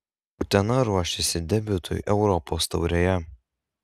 utena ruošiasi debiutui europos taurėje